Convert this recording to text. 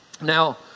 Now